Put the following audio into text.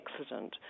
accident